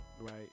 Right